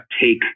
take